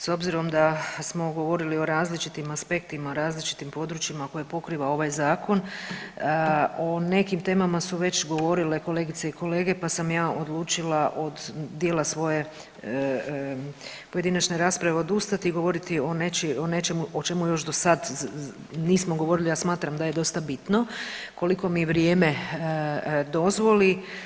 S obzirom da smo govorili o različitim aspektima, različitim područjima koje pokriva ovaj zakon, o nekim temama su već govorile kolegice i kolege pa sam ja odlučila od dijela svoje pojedinačne rasprave odustati i govoriti o nečemu o čemu još dosad nismo govorili, a smatram da je dosta bitno koliko mi vrijeme dozvoli.